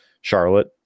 Charlotte